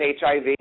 HIV